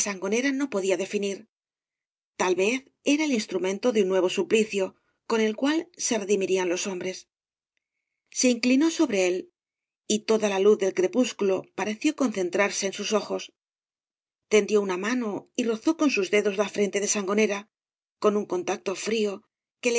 sangonera no podía definir tal vez era el instrumento de un nuevo suplicio con el cual se redimirán los hombres se inciínó sobre él y toda la luz del crepúsculo pareció concentrarse en sus ojos tendio una mano y rozó con sus dedos la frente de sangonera con un contacto frío que